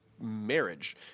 marriage